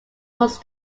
was